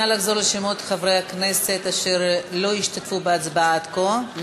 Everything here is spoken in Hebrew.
נא לחזור על שמות חברי הכנסת אשר לא שהשתתפו בהצבעה עד כה.